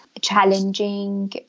challenging